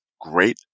great